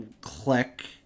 click